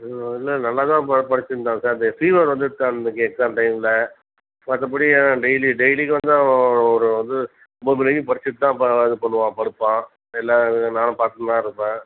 இவன் இன்னும் நல்லா தான் ப படிச்சிருந்தான் சார் இந்த ஃபீவர் வந்துவிட்டு சார் அவனுக்கு எக்ஸாம் டைம்மில் மற்றபடி அவன் டெய்லி டெய்லிக்கு வந்து அவன் ஒரு வந்து ஒம்பது மணி வரைக்கும் படிச்சிவிட்டு தான் பா இது பண்ணுவான் படுப்பான் எல்லா நானும் பார்த்துனு தான் இருப்பேன்